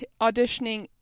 auditioning